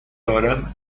دارم